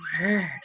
word